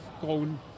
grown